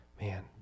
man